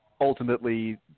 ultimately –